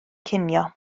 cinio